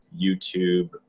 youtube